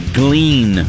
glean